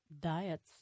diets